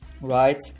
right